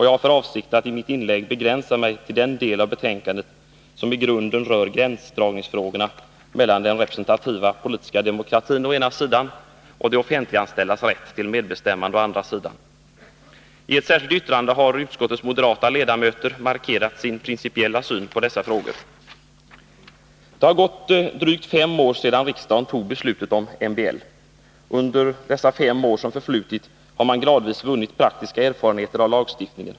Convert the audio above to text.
Jag har för avsikt att i mitt inlägg begränsa mig till denna del av betänkandet, som i grunden rör gränsdragningsfrågorna mellan den representativa politiska demokratin å ena sidan och de offentliganställdas rätt till medbestämmande å andra sidan. I ett särskilt yttrande har utskottets moderata ledamöter markerat sin principiella syn på dessa frågor. Det har nu gått drygt fem år sedan riksdagen fattade beslutet om MBL. Under dessa fem år har man gradvis vunnit praktiska erfarenheter av lagstiftningen.